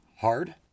hard